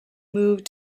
moved